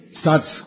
starts